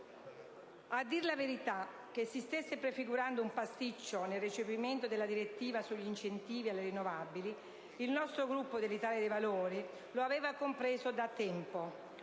A dire la verità, che si stesse prefigurando un pasticcio nel recepimento della direttiva sugli incentivi alle rinnovabili il nostro Gruppo Italia dei Valori del Senato lo aveva compreso da tempo,